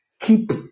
Keep